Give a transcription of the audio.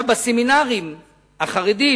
בסמינרים החרדיים,